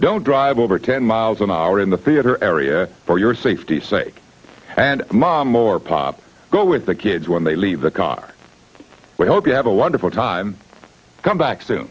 don't drive over ten miles an hour in the theater area for your safety sake and mom or pop go with the kids when they leave the car we hope you have a wonderful time come back so